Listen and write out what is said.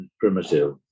primitive